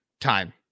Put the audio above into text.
time